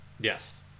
Yes